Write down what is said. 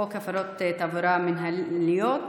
חוק הפרות תעבורה מינהליות,